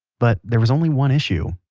but there was only one issue